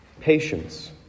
patience